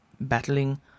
battling